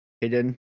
hidden